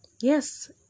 Yes